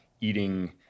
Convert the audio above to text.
eating